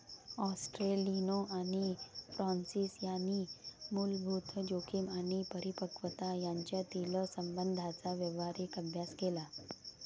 ॲस्टेलिनो आणि फ्रान्सिस यांनी मूलभूत जोखीम आणि परिपक्वता यांच्यातील संबंधांचा व्यावहारिक अभ्यास केला